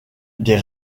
des